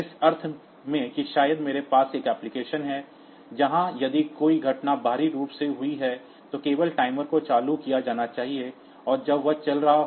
इस अर्थ में कि शायद मेरे पास एक एप्लिकेशन है जहां यदि कोई घटना बाहरी रूप से हुई है तो केवल टाइमर को चालू किया जाना चाहिए और जब वह चल रहा हो